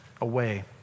away